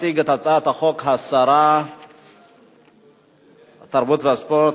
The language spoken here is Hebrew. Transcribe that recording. תציג את הצעת החוק שרת התרבות והספורט,